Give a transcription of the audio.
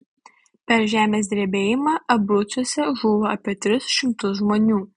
per žemės drebėjimą abrucuose žuvo apie tris šimtus žmonių